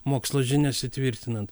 mokslo žinias įtvirtinant